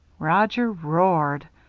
roger roared.